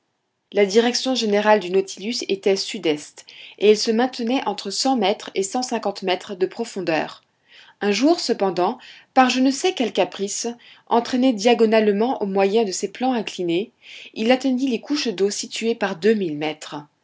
la direction générale du nautilus était sud-est et il se maintenait entre cent mètres et cent cinquante mètres de profondeur un jour cependant par je ne sais quel caprice entraîné diagonalement au moyen de ses plans inclinés il atteignit les couches d'eau situées par deux mille mètres